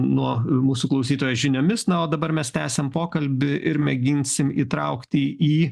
nuo mūsų klausytojo žiniomis na o dabar mes tęsiam pokalbį ir mėginsim įtraukti į